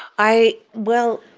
i well,